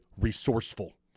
resourceful